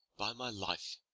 by my life,